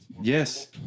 Yes